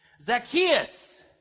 Zacchaeus